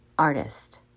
artist